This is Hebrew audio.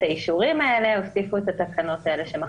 האישורים האלה הוסיפו את התקנות האלה שמחקתם,